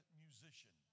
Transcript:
musician